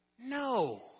No